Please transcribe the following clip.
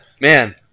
man